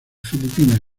filipinas